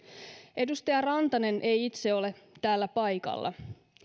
edustaja rantanen ei itse ole täällä paikalla